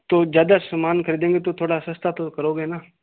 तो ज़्यादा समान खरीदेंगे तो थोड़ा सस्ता तो करोगे न